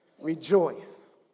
rejoice